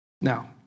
Now